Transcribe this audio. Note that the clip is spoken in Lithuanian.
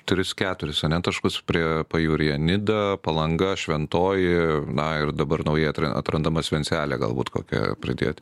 tris keturis taškus prie pajūryje nida palanga šventoji na ir dabar naujai atrandamas vencijelę galbūt kokią pridėt